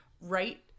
right